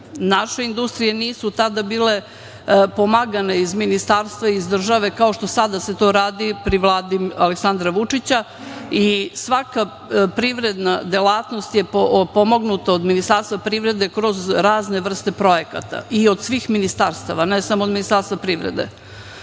Naše industrije nisu tada bile pomagane iz ministarstva, iz države, kao što se sada to radi pri Vladi Aleksandra Vučića. Svaka privredna delatnost je opomognuta od Ministarstva privrede kroz razne vrste projekata i od svih ministarstava, ne samo od Ministarstva privrede. Dakle,